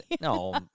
No